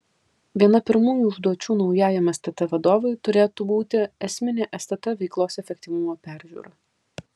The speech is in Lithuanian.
viena pirmųjų užduočių naujajam stt vadovui turėtų būti esminė stt veiklos efektyvumo peržiūra